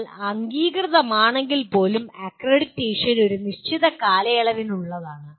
നിങ്ങൾ അംഗീകൃതമാണെങ്കിൽപ്പോലും അക്രഡിറ്റേഷൻ ഒരു നിശ്ചിത കാലയളവിനുള്ളതാണ്